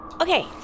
Okay